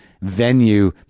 venue